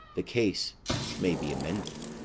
the case may be amended.